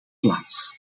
plaats